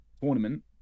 tournament